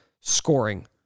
scoring